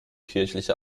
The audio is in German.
kirchliche